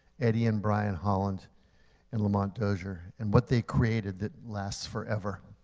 eddie and brian holland and lamont dozier. and what they created that lasts forever.